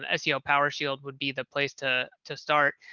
ah seo power shield would be the place to to start.